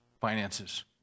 finances